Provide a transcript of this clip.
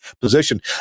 position